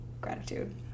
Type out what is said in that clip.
gratitude